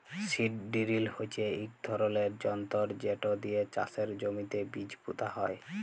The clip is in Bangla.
সিড ডিরিল হচ্যে ইক ধরলের যনতর যেট দিয়ে চাষের জমিতে বীজ পুঁতা হয়